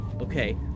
Okay